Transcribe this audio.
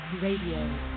Radio